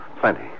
Plenty